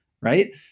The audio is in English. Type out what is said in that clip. right